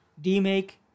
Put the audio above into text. D-make